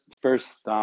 first